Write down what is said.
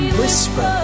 whisper